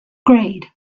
grade